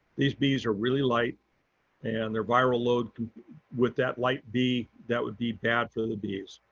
these bees are really light and their viral load with that light bee, that would be bad for the bees.